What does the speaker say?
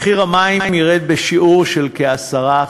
מחיר המים ירד בשיעור של כ-10%.